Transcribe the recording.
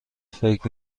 فکر